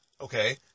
okay